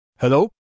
Hello